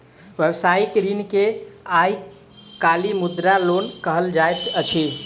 व्यवसायिक ऋण के आइ काल्हि मुद्रा लोन कहल जाइत अछि